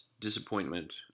disappointment